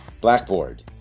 Blackboard